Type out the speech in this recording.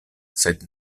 sed